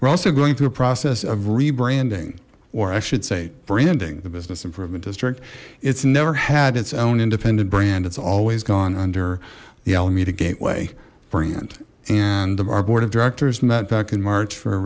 we're also going through a process of rebranding or i should say branding the business improvement district it's never had its own independent brand it's always gone under the alameda gateway brand and our board of directors met back in march for a